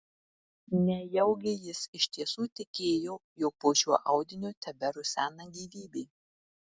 nejaugi jis iš tiesų tikėjo jog po šiuo audiniu teberusena gyvybė